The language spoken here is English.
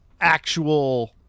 actual